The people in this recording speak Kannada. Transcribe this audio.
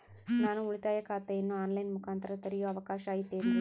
ನಾನು ಉಳಿತಾಯ ಖಾತೆಯನ್ನು ಆನ್ ಲೈನ್ ಮುಖಾಂತರ ತೆರಿಯೋ ಅವಕಾಶ ಐತೇನ್ರಿ?